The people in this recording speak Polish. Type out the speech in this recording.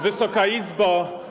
Wysoka Izbo!